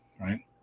right